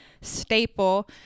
staple